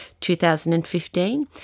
2015